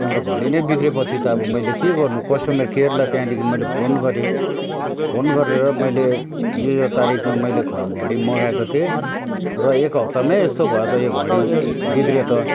त्यहाँबाट घडी नै बिग्रेपछि त अब मैले के गर्नु कस्टमर केयरलाई त्यहाँदेखि मैले फोन गरेँ फोन गरेर मैले यो यो तारिकमा मैले घडी मगाको थिएँ र एक हप्तामै यस्तो भयो त यो घडी बिग्रियो त